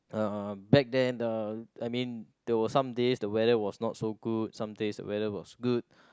uh back then uh I mean there were some days the weather was not so good some days the weather was good